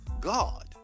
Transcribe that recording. God